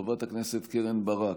חברת הכנסת קרן ברק,